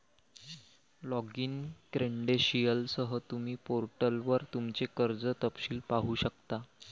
login क्रेडेंशियलसह, तुम्ही पोर्टलवर तुमचे कर्ज तपशील पाहू शकता